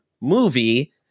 movie